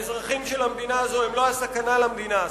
האזרחים של המדינה הזאת הם לא הסכנה למדינה.